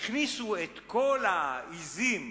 הכניסו את כל העזים,